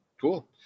Cool